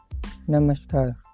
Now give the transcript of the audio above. Namaskar